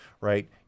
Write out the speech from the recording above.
right